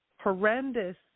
horrendous